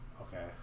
Okay